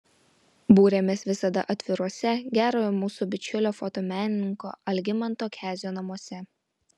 būrėmės visada atviruose gerojo mūsų bičiulio fotomenininko algimanto kezio namuose